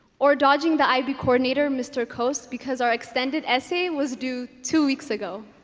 or dodging the ib coordinator mr. coast because our extended essay was due two weeks ago